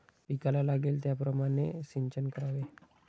पिकाला लागेल त्याप्रमाणे सिंचन करावे